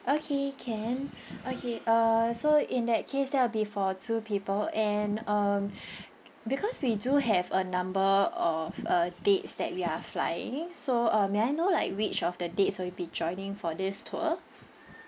okay can okay uh so in that case that will be for two people and um because we do have a number of uh dates that we are flying so uh may I know like which of the dates will you be joining for this tour